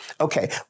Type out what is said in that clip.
Okay